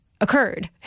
occurred